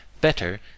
better